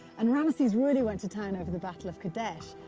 and ramses really went to town over the battle of kadesh.